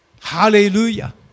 hallelujah